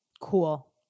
Cool